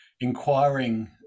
inquiring